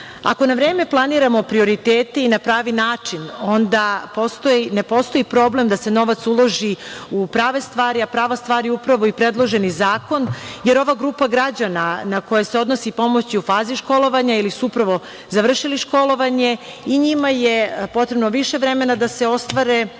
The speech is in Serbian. na vreme planiramo prioritete i na pravi način, onda ne postoji problem da se novac uloži u prave stvari, a prava stvar je upravo predloženi zakon, jer ova grupa građana na koju se odnosi pomoć je u fazi školovanja ili su upravo završili školovanje i njima je potrebno više vremena da se ostvare,